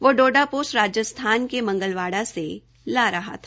वह डोडा पोस्त राजस्थान के मंगलवाड़ा से ला रहा था